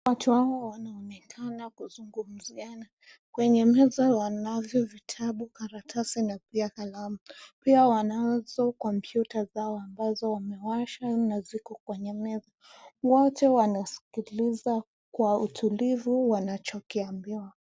Watu hawa wanaonekana kuzungumziana . Kwenye meza wanavyo vitabu, karatasi na pia kalamu. Pia wanazo kompyuta zao ambazo wamewasha na ziko kwenye meza. Wote wanasikiliza kwa utulivu wanachokiambiwa.